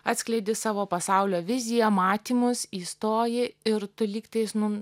atskleidi savo pasaulio viziją matymus įstoji ir tu lyg tais nu